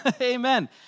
Amen